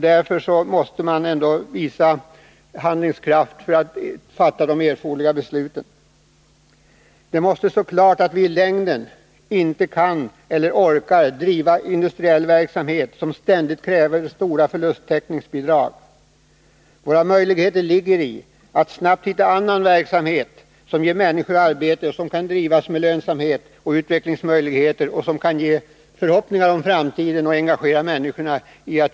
Därför måste man visa handlingskraft och fatta de erforderliga besluten. Det måste stå klart att vi i längden inte kan driva industriell verksamhet som ständigt kräver stora förlusttäckningsbidrag. Våra möjligheter ligger i att snabbt hitta annan verksamhet som ger människor arbete, som kan drivas med lönsamhet, som har utvecklingsmöjligheter och som kan inge förhoppningar om framtiden och engagera människorna.